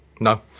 No